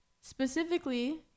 Specifically